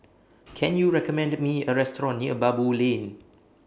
Can YOU recommend Me A Restaurant near Baboo Lane